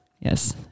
Yes